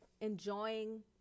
enjoying